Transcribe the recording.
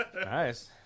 Nice